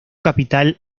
capital